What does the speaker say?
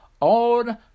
on